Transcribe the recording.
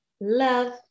love